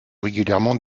régulièrement